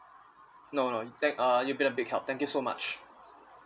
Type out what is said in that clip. no no thank uh you've been a big help thank you so much